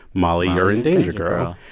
molly, you're in danger, girl.